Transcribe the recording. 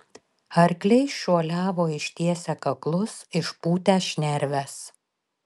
arkliai šuoliavo ištiesę kaklus išpūtę šnerves